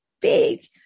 big